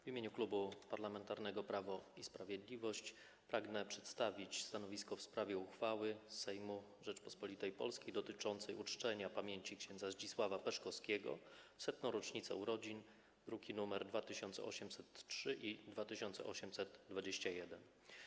W imieniu Klubu Parlamentarnego Prawo i Sprawiedliwość pragnę przedstawić stanowisko w sprawie uchwały Sejmu Rzeczypospolitej Polskiej dotyczącej uczczenia pamięci ks. Zdzisława Peszkowskiego w 100. rocznicę urodzin, druki nr 2803 i 2821.